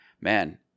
man